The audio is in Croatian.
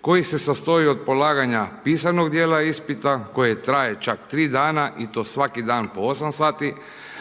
koji se sastoji od polaganja pisanog djela ispita koje traje čak 3 dana i to svaki dan po 8 sati,